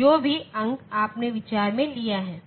जो भी अंक आपने विचार में लिए हैं